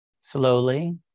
slowly